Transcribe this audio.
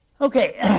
Okay